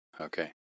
Okay